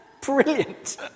brilliant